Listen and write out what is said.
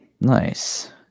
Nice